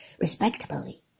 respectably